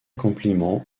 compliment